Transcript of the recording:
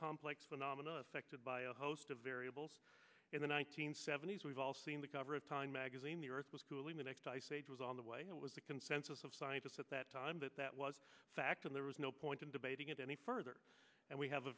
phenomenon affected by a host of variables in the one nine hundred seventy s we've all seen the cover of time magazine the earth was cooling the next ice age was on the way it was the consensus of scientists at that time that that was fact and there was no point in debating it any further and we have a